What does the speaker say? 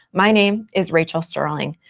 my name is rachel sterling.